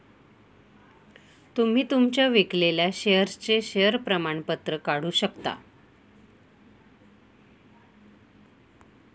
तुम्ही तुमच्या विकलेल्या शेअर्सचे शेअर प्रमाणपत्र काढू शकता